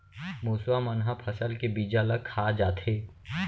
मुसवा मन ह फसल के बीजा ल खा जाथे